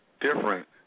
different